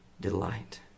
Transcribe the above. delight